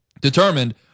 determined